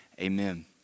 amen